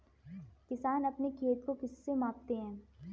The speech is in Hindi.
किसान अपने खेत को किससे मापते हैं?